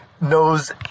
knows